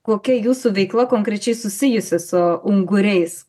kokia jūsų veikla konkrečiai susijusi su unguriais